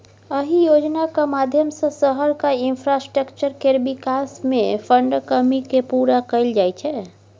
अहि योजनाक माध्यमसँ शहरक इंफ्रास्ट्रक्चर केर बिकास मे फंडक कमी केँ पुरा कएल जाइ छै